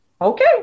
okay